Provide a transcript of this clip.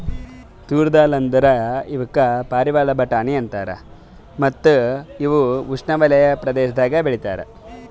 ತೂರ್ ದಾಲ್ ಅಂದುರ್ ಇವುಕ್ ಪಾರಿವಾಳ ಬಟಾಣಿ ಅಂತಾರ ಮತ್ತ ಇವು ಉಷ್ಣೆವಲಯದ ಪ್ರದೇಶದಾಗ್ ಬೆ ಳಿತಾರ್